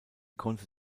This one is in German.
konnte